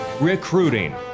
recruiting